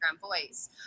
voice